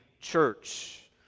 church